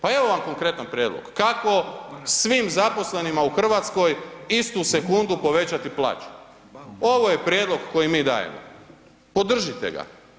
Pa evo vam konkretan prijedlog, kako svim zaposlenima u Hrvatskoj istu sekundu povećati plaće. ovo je prijedlog koji mi dajemo, podržite ga.